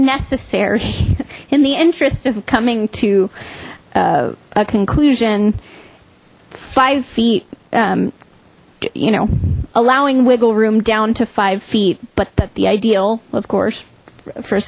necessary in the interest of coming to a conclusion five feet you know allowing wiggle room down to five feet but that the ideal of course f